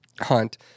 Hunt